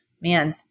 man